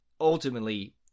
ultimately